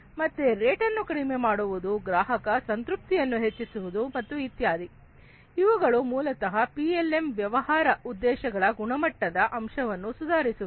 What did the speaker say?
ಮತ್ತೆ ರೇಟನ್ನು ಕಡಿಮೆ ಮಾಡುವುದು ಗ್ರಾಹಕ ಸಂತೃಪ್ತಿಯನ್ನು ಹೆಚ್ಚಿಸುವುದು ಮತ್ತು ಇತ್ಯಾದಿ ಇವುಗಳು ಮೂಲತಃ ಪಿಎಲ್ಎಂ ವ್ಯವಹಾರ ಉದ್ದೇಶಗಳ ಗುಣಮಟ್ಟದ ಅಂಶವನ್ನು ಸುಧಾರಿಸುವುದು